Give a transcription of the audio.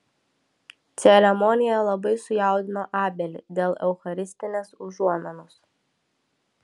ceremonija labai sujaudino abelį dėl eucharistinės užuominos